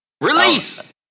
Release